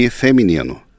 feminino